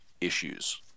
issues